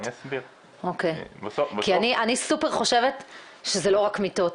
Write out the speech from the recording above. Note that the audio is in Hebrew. אני סופר חושבת שזה לא רק מיטות,